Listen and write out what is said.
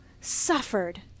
suffered